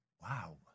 Wow